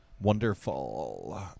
Wonderful